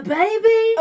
baby